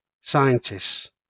scientists